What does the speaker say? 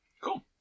cool